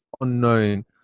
unknown